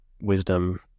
wisdom